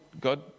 God